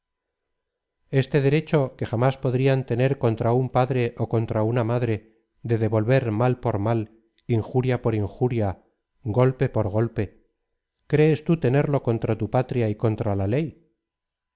este derecho que jamás podrían tener contra un padre ó contra una madre de devolver mal por mal injuria por injuria golpe por golpe latón bras ara adrid crees tú t uei lo contra tu patria y contra la ley